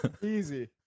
Easy